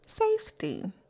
Safety